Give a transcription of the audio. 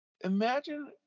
Imagine